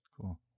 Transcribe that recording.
Cool